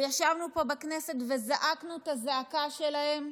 וישבנו פה בכנסת וזעקנו את הזעקה שלהם,